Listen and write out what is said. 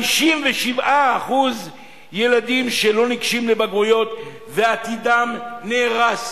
57% ילדים שלא ניגשים לבגרויות ועתידם נהרס?